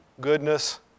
goodness